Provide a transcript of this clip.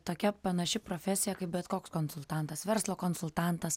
tokia panaši profesija kaip bet koks konsultantas verslo konsultantas